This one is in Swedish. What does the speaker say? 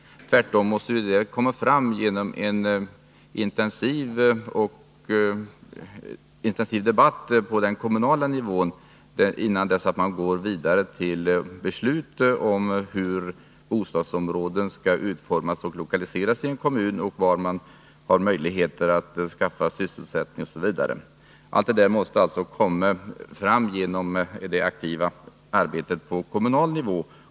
Tvärtom bör detta komma fram genom en intensiv debatt på den kommunala nivån, innan man går vidare till beslut om hur bostadsområden skall utformas och lokaliseras i en kommun och var det finns möjligheter att skaffa sysselsättning osv. Allt detta måste komma fram genom det aktiva arbetet på kommunal nivå.